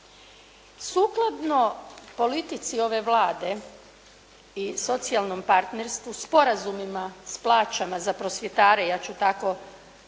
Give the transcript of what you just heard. Sukladno politici ove Vlade i socijalnom partnerstvu sporazumima s plaćama za prosvjetare, ja ću tako